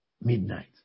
midnight